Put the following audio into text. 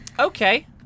Okay